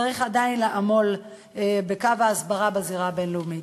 צריך עדיין לעמול בקו ההסברה בזירה הבין-לאומית.